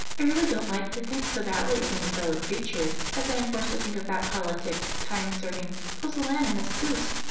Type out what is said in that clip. i really don't like to think so badly of any fellow-creature as i am forced to think of that politic, time-serving, pusillanimous goose.